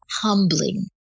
humbling